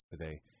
today